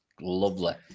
lovely